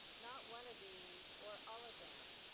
not one of these or all of them.